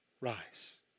rise